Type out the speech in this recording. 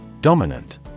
Dominant